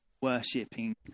worshipping